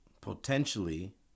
potentially